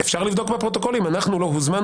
אפשר לבדוק בפרוטוקול אם אנחנו לא הוזמנו